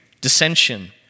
dissension